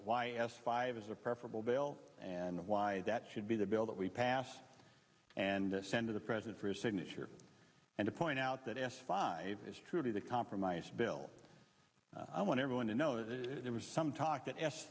y s five is a preferable bail and why that should be the bill that we pass and send to the president for his signature and to point out that s five is truly the compromise bill i want everyone to know is if there was some talk that s